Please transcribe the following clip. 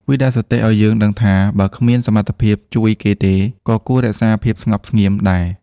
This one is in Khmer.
វាដាស់សតិឱ្យយើងដឹងថា បើគ្មានសមត្ថភាពជួយគេទេ ក៏គួររក្សាភាពស្ងប់ស្ងៀមដែរ។